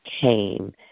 came